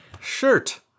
Shirt